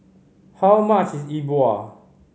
how much is E Bua